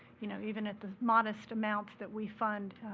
you know, even in the modest amounts that we fund,